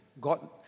God